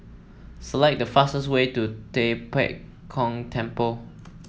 select the fastest way to Tua Pek Kong Temple